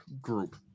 group